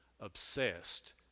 obsessed